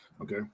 Okay